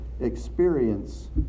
experience